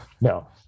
No